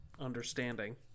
understanding